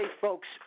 folks